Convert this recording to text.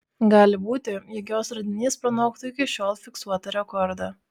gali būti jog jos radinys pranoktų iki šiol fiksuotą rekordą